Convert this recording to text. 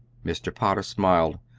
mr. potter smiled.